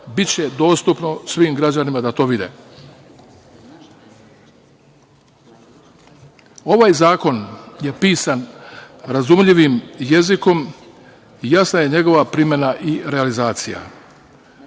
biće dostupno svim građanima da to vide. Ovaj zakon je pisan razumljivim jezikom i jasna je njegova primena i realizacija. Popis